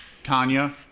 Tanya